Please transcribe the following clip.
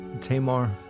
Tamar